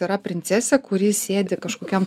yra princesė kuri sėdi kažkokiam